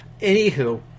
Anywho